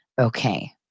okay